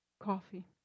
coffee